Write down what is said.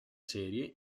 serie